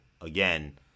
again